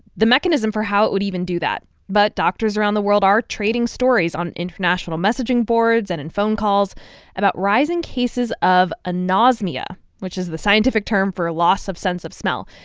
the mechanism for how it would even do that. but doctors around the world are trading stories on international messaging boards and in phone calls about rising cases of anosmia, which is the scientific term for a loss of sense of smell,